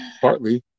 partly